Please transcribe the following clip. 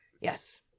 Yes